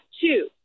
two